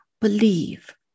believe